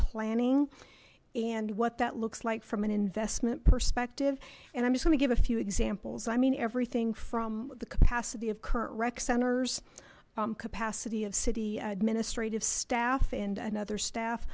planning and what that looks like from an investment perspective and i'm just going to give a few examples i mean everything from the capacity of current rec centers capacity of city administrative staff and another staff